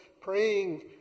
praying